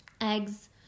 eggs